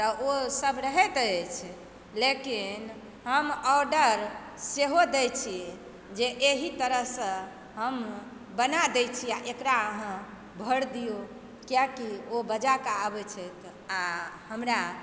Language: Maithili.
ओसभ रहैत अछि लेकिन हम ऑर्डर सेहो दय छी जे एहि तरहसँ हम बना दय छी एकरा अहाँ भरि दिऔ किआकि ओ बजाकऽ आबय छथि आ हमरा